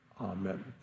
Amen